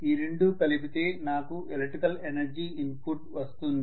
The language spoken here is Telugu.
ఈ రెండూ కలిపితే నాకు ఎలక్ట్రికల్ ఎనర్జీ ఇన్పుట్ వస్తుంది